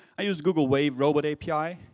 i used google wave robot api,